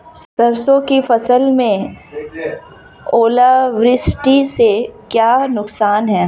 सरसों की फसल में ओलावृष्टि से क्या नुकसान है?